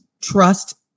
trust